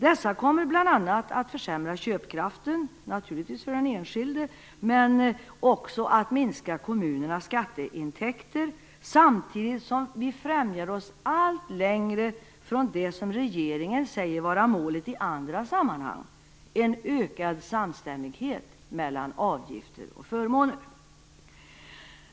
Dessa kommer bl.a. att försämra köpkraften för den enskilde och dessutom minska kommunernas skatteintäkter, samtidigt som vi fjärmar oss allt längre från det som regeringen i andra sammanhang säger vara målet: en ökad samstämmighet mellan avgifter och förmåner.